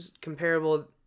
comparable